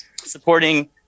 supporting